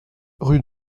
rue